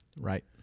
Right